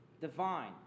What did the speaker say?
divine